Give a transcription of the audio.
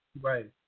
Right